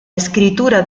escritura